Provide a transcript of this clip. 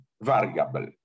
variable